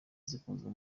zikunzwe